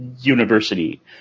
university